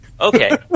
Okay